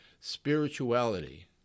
spirituality